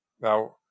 Now